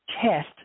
test